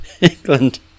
England